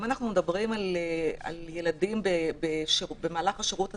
אם אנחנו מדברים על ילדים במהלך השירות הצבאי,